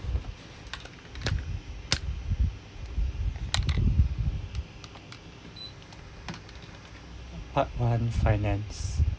part one finance